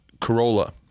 Corolla